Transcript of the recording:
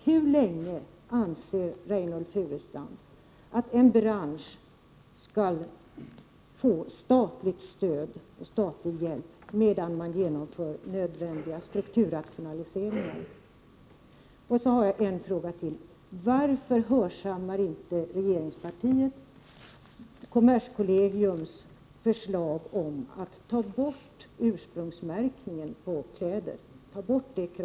Hur länge anser Reynoldh Furustrand att en bransch skall få statligt stöd och statlig hjälp medan man genomför nödvändiga strukturrationaliseringar? Varför hörsammar inte regeringspartiet kommerskollegiets förslag om att man skall ta bort kravet på ursprungsmärkning av kläder?